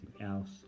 else